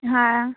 हाँ